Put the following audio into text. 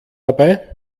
dabei